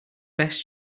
best